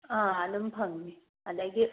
ꯑꯥ ꯑꯗꯨꯝ ꯐꯪꯒꯅꯤ ꯑꯗꯒꯤ